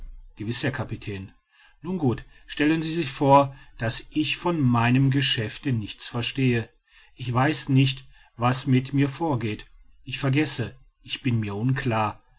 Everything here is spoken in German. herr kapitän nun gut stellen sie sich vor daß ich von meinem geschäfte nichts verstehe ich weiß nicht was mit mir vorgeht ich vergesse ich bin mir unklar